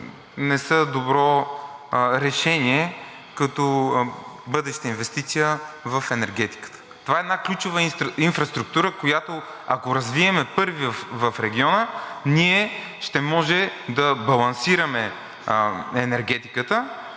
не са добро решение като бъдеща инвестиция в енергетиката. Това е една ключова инфраструктура, която, ако развием първи в региона, ние ще може да балансираме енергетиката